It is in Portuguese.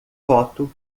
foto